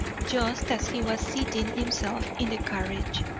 just as he was seating himself in the carriage.